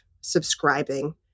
subscribing